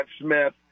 Smith